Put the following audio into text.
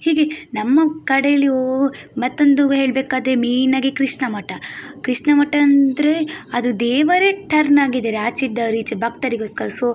ಹೀಗೆ ನಮ್ಮ ಕಡೆಯಲ್ಲಿ ಓ ಮತ್ತೊಂದು ಹೇಳಬೇಕಾದ್ರೆ ಮೇಯ್ನಾಗಿ ಕೃಷ್ಣ ಮಠ ಕೃಷ್ಣ ಮಠ ಅಂದರೆ ಅದು ದೇವರೇ ಟರ್ನ್ ಆಗಿದ್ದಾರೆ ಆಚೆ ಇದ್ದವ್ರು ಈಚೆ ಭಕ್ತರಿಗೋಸ್ಕರ ಸೊ